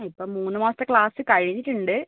ഇപ്പം മൂന്ന് മാസത്ത ക്ലാസ്സ് കഴിഞ്ഞിട്ടുണ്ട്